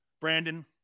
Brandon